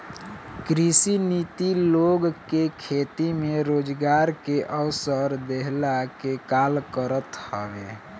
कृषि नीति लोग के खेती में रोजगार के अवसर देहला के काल करत हवे